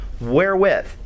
Wherewith